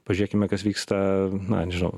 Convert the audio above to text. pažiūrėkime kas vyksta na nežinau